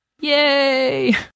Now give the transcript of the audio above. Yay